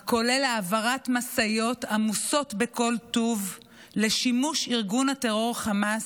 הכולל העברת משאיות עמוסות בכל טוב לשימוש ארגון הטרור חמאס,